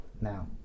Now